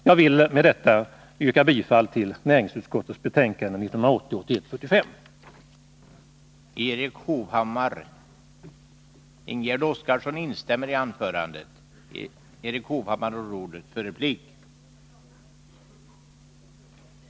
Jag vill med detta yrka bifall till näringsutskottets hemställan i dess betänkande 1980/81:45.